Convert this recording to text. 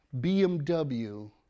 BMW